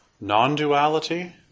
non-duality